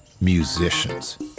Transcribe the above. Musicians